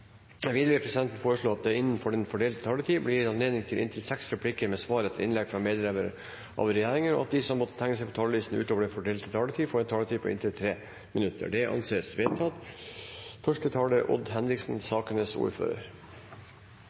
vil presidenten foreslå at det – innenfor den fordelte taletid – blir gitt anledning til inntil seks replikker med svar etter innlegg fra medlemmer av regjeringen, og at de som måtte tegne seg på talerlisten utover den fordelte taletid, får en taletid på inntil 3 minutter. – Det anses vedtatt.